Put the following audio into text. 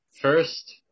first